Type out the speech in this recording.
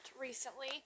recently